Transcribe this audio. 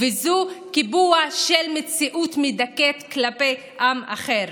וזה קיבוע של מציאות מדכאת כלפי עם אחר.